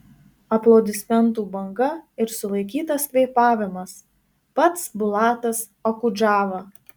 aplodismentų banga ir sulaikytas kvėpavimas pats bulatas okudžava